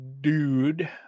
dude